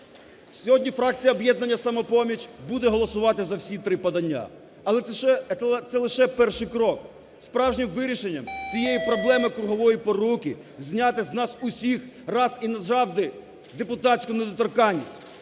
Сьогодні фракція "Об'єднання "Самопоміч" буде голосувати за всі три подання. Але це лише перший крок, справжнім вирішенням цієї проблеми кругової поруку – зняти з нас усіх раз і назавжди депутатську недоторканність.